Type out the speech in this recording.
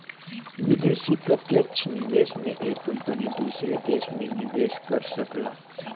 विदेशी प्रत्यक्ष निवेश में एक कंपनी दूसर देस में निवेस कर सकला